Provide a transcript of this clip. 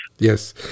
Yes